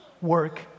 Work